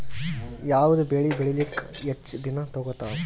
ಯಾವದ ಬೆಳಿ ಬೇಳಿಲಾಕ ಹೆಚ್ಚ ದಿನಾ ತೋಗತ್ತಾವ?